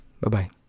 Bye-bye